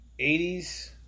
80s